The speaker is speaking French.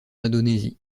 indonésie